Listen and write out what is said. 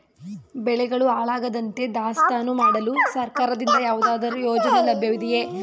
ಬೆಳೆಗಳು ಹಾಳಾಗದಂತೆ ದಾಸ್ತಾನು ಮಾಡಲು ಸರ್ಕಾರದಿಂದ ಯಾವುದಾದರು ಯೋಜನೆ ಲಭ್ಯವಿದೆಯೇ?